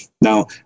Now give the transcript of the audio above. Now